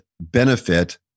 benefit